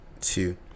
Two